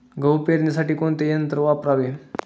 गहू पेरणीसाठी कोणते यंत्र वापरावे?